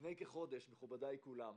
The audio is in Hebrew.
מכובדיי כולם.